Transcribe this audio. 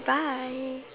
bye